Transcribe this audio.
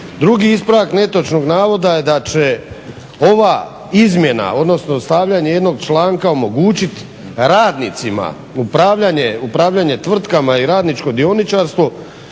Drugi ispravak netočnog navoda je da će ova izmjena, odnosno stavljanje jednog članka omogućiti radnicima upravljanje tvrtkama i radničko dioničarstvo